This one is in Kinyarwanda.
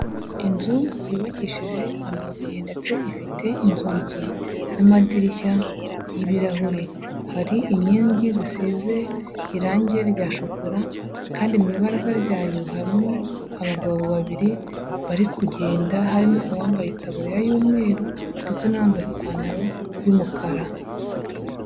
Inzu yubakishije amabuye ndetse ifite inzugi n'amadirishya y'ibirahure, hari inkingi zisize irange rya shokora kandi mu ibaraza ryayo harimo abagabo babiri bari kugenda, harimo uwambaye itaburiya y'umweru ndetse n'uwambaye ipantaro y'umukara.